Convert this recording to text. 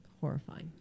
horrifying